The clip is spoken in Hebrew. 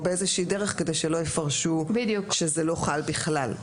או באיזושהי דרך כדי שלא יפרשו שזה לא חל בכלל.